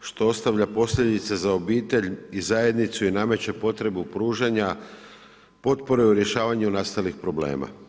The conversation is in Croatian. što ostavlja posljedice za obitelj i zajednicu i nameće potrebu pružanja potpore u rješavanju nastalih problema.